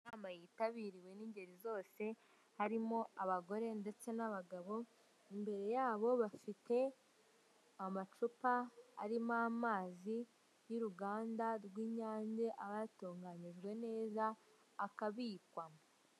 Inama yitabiriwe n'ingeri zose harimo abagore ndetse n'abagabo, imbere yabo bafite amacupa arimo amazi y'uruganda rw'inyange aba yatunganyijwe neza akabikwa.